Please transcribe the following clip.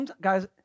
Guys